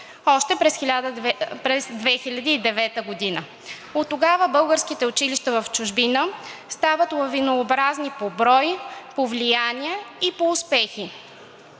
още през 2009 г. Оттогава българските училища в чужбина стават лавинообразни по брой, по влияние и по успехи.